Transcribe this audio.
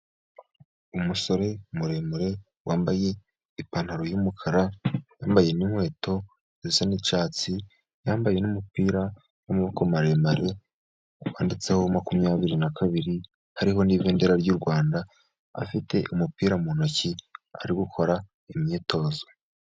Umusore muremure wambaye ipantaro y'umukara, yambaye n'inkweto zisa n'icyatsi, yambaye n'umupira w'amaboko maremare wanditseho makumyabiri na kabiri. Hariho n'ibendera ry'u Rwanda, afite umupira mu ntoki ari gukora imyitozo.